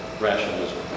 rationalism